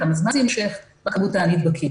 כמה זמן זה יימשך וכמות הנדבקים.